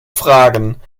fragen